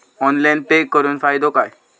Online pay करुन फायदो काय?